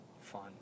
fun